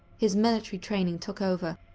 his military training took over,